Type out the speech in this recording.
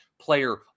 player